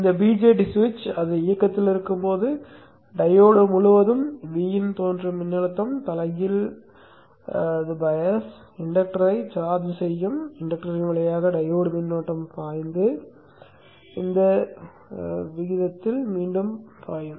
இந்த BJT சுவிட்ச் அது இயக்கத்தில் இருக்கும் போது டையோடு முழுவதும் Vin தோன்றும் மின்னழுத்தம் தலைகீழ் பயாஸ் தலைகீழ் சார்பு டையோடு மின்னோட்டமானது மின்தூண்டியை சார்ஜ் செய்யும் தூண்டல் வழியாக பாய்கிறது மற்றும் இந்த பின்னத்தில் மீண்டும் பாய்கிறது